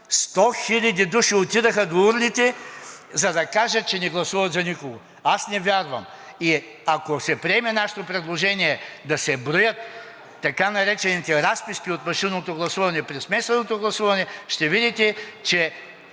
100 хиляди души! – отидоха до урните, за да кажат, че не гласуват за никого? Аз не вярвам! Ако се приеме нашето предложение да се броят така наречените разписки от машинното гласуване при смесеното гласуване, ще видите, че